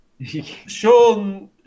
Sean